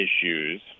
issues